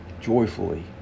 joyfully